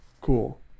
cool